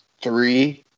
three